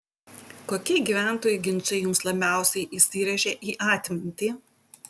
kokie gyventojų ginčai jums labiausiai įsirėžė į atmintį